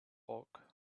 bulk